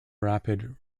rapid